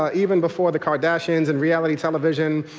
ah even before the kardashians and reality television,